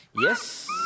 Yes